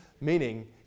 meaning